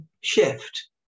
shift